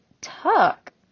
Tuck